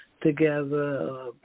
together